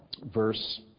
verse